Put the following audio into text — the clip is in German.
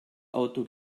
auto